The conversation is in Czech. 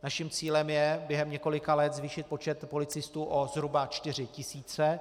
Naším cílem je během několika let zvýšit počet policistů o zhruba 4 tisíce.